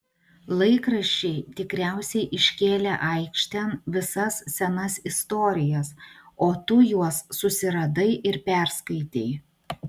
laikraščiai tikriausiai iškėlė aikštėn visas senas istorijas o tu juos susiradai ir perskaitei